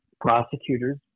prosecutors